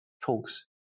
talks